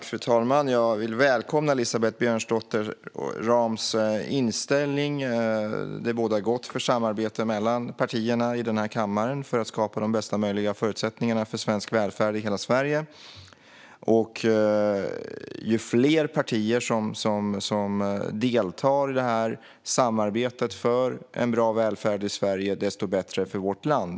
Fru talman! Jag välkomnar Elisabeth Björnsdotter Rahms inställning. Det bådar gott för samarbete mellan partierna i denna kammare för att skapa bästa möjliga förutsättningar för svensk välfärd i hela Sverige. Ju fler partier som deltar i detta samarbete för en bra välfärd i Sverige, desto bättre är det för vårt land.